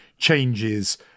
changes